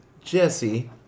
Jesse